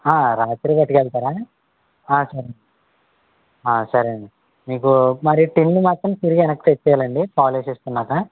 రాత్రికి పట్టుకెళతారా సరే సరే అండి మీకు మరి టిన్ మాత్రం తిరిగి వెనక్కి తెచ్చేయాలి అండి పాలు వేసేసుకున్నాక